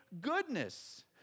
goodness